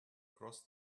crossed